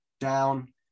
down